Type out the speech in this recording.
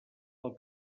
pel